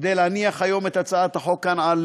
כדי להניח היום את הצעת החוק כאן על